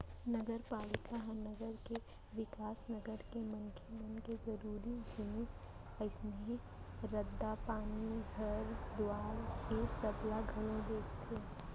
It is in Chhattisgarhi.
नगरपालिका ह नगर के बिकास, नगर के मनसे मन के जरुरी जिनिस जइसे रद्दा, पानी, घर दुवारा ऐ सब ला घलौ देखथे